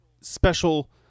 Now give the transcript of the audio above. special